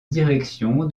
direction